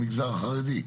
המגזר החרדי.